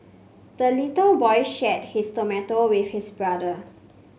the little boy shared his tomato with his brother